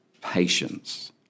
patience